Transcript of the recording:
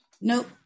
Nope